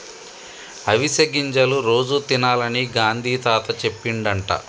అవిసె గింజలు రోజు తినాలని గాంధీ తాత చెప్పిండట